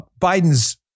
Biden's